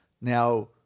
Now